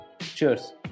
Cheers